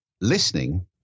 Listening